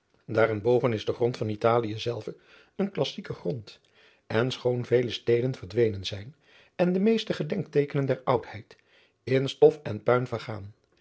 daarenboven is de grond van italie zelve een klassieke grond en schoon vele steden verdwenen zijn en de meeste gedenkteekenen der oudheid in stof en puin vergaan